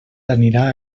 anirà